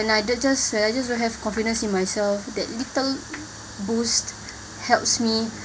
when I don't just when I just don't have confidence in myself that little boost helps me